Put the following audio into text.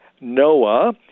Noah